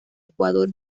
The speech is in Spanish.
ecuador